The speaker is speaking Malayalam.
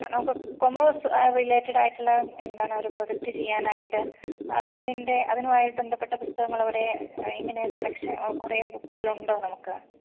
ആ നമുക്ക് കോമ്മേഴ്സ് ആ റിലേറ്റെഡായിട്ടുള്ള എന്താണൊരു പ്രോജക്റ്റ് ചെയ്യാനായിട്ട് അതിന്റെ അതിനുമായി ബന്ധപ്പെട്ട പുസ്തകങ്ങളവിടെ എങ്ങനെയാണ് സെലെക്ഷൻ കുറെ ബുക്കുകളുണ്ടോ നമുക്ക്